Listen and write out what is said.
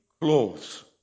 clothes